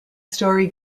storey